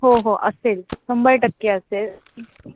हो हो असेल शंभर टक्के असेल